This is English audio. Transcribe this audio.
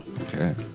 Okay